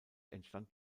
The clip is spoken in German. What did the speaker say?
entstand